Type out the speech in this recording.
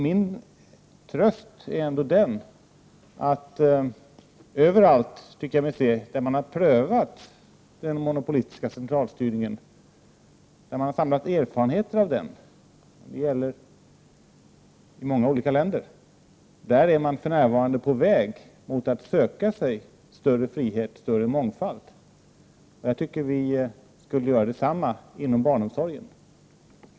Min tröst är ändå den att överallt där man har prövat den monopolistiska centralstyrningen, där man har samlat erfarenheter av den — det gäller många olika länder — är man för närvarande på väg att söka sig större frihet och större mångfald. Jag tycker att vi skulle göra detsamma inom barnomsorgen.